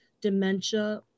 dementia